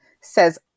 says